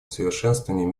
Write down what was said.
совершенствования